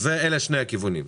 אלה שני הכיוונים.